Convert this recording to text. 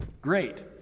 great